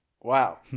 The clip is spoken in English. Wow